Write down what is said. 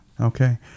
Okay